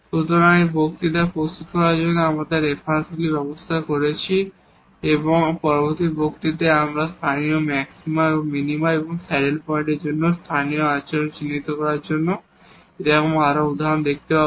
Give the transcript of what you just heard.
সুতরাং এই বক্তৃতাগুলি প্রস্তুত করার জন্য আমরা যে রেফারেন্সগুলি ব্যবহার করেছি এবং পরবর্তী বক্তৃতায় এখন আমরা লোকাল ম্যাক্সিমা মিনিমা এবং স্যাডেল পয়েন্টের জন্য স্থানীয় আচরণ চিহ্নিত করার জন্য এরকম আরও উদাহরণ দেখতে পাব